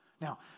Now